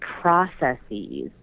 processes